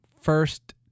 First